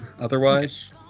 otherwise